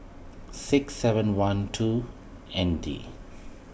six seven one two N D